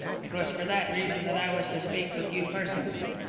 it was for that reason that i was to speak with you personally.